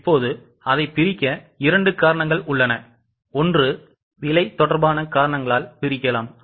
இப்போது அதை பிரிக்க 2 காரணங்கள் உள்ளனஒன்று விலை தொடர்பான காரணங்களால் பிரிக்கலாம்